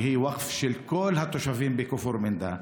שהיא ווקף של כל התושבים בכפר מנדא,